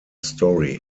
story